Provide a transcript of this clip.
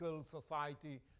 society